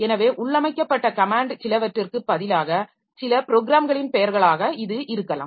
எனவே உள்ளமைக்கப்பட்ட கமேன்ட் சிலவற்றிற்கு பதிலாக சில ப்ரோக்ராம்களின் பெயர்களாக இது இருக்கலாம்